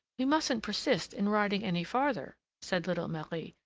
we mustn't persist in riding any farther, said little marie.